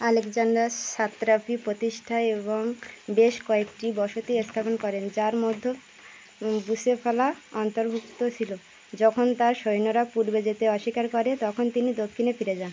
Alexander satrapy প্রতিষ্ঠা এবং বেশ কয়েকটি বসতি স্থাপন করেন যার মধ্যে বুসেফালা অন্তর্ভুক্ত ছিল যখন তার সৈন্যরা পূর্বে যেতে অস্বীকার করে তখন তিনি দক্ষিণে ফিরে যান